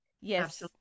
Yes